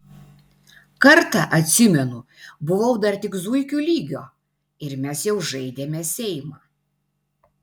kartą atsimenu buvau dar tik zuikių lygio ir mes jau žaidėme seimą